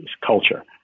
culture